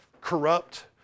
corrupt